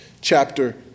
Chapter